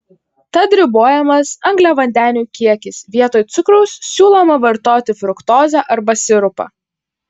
tad ribojamas angliavandenių kiekis vietoj cukraus siūloma vartoti fruktozę arba sirupą